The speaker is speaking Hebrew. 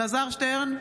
אלעזר שטרן,